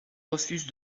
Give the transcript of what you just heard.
refuse